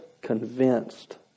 convinced